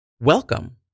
welcome